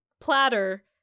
platter